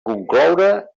concloure